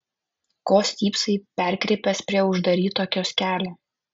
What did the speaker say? ko stypsai perkrypęs prie uždaryto kioskelio